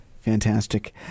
Fantastic